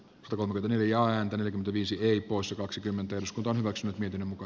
van wely neljä ääntä viisi ei koossa kaksikymmentä moskovan hyväksynyt miten muka